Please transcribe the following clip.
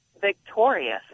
victorious